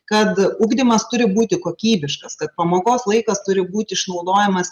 kad ugdymas turi būti kokybiškas kad pamokos laikas turi būt išnaudojamas